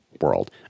world